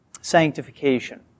sanctification